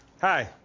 Hi